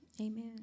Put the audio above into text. amen